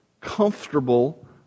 comfortable